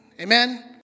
Amen